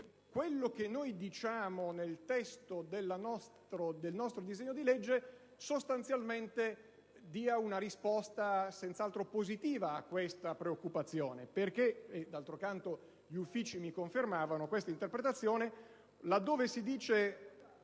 quello che diciamo nel testo del nostro disegno di legge dia sostanzialmente una risposta senz'altro positiva a questa preoccupazione e, d'altro canto, gli uffici mi hanno confermato questa interpretazione. Prevedere,